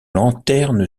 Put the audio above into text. lanterne